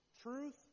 Truth